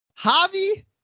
Javi